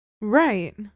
right